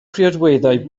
priodweddau